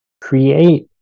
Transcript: create